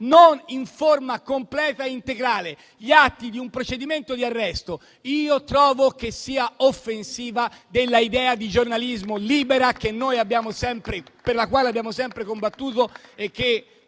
in forma completa e integrale gli atti di un procedimento di arresto, trovo che sia offensivo dell'idea di giornalismo libero per la quale abbiamo sempre combattuto e che,